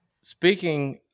Speaking